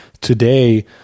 today